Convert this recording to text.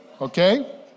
okay